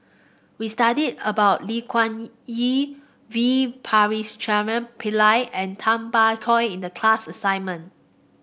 we studied about Lee Wung Yew V Pakirisamy Pillai and Tay Bak Koi in the class assignment